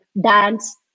dance